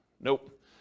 nope